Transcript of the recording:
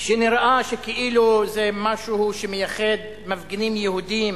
נראה שכאילו זה משהו שמייחד מפגינים יהודים